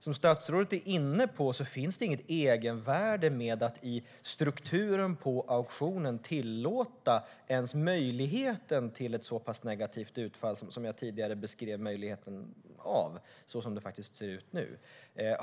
Som statsrådet är inne på finns det inget egenvärde i att i strukturen på auktionen tillåta ens möjligheten till ett så pass negativt utfall som jag tidigare beskrev, så som det faktiskt ser ut nu.